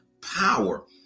power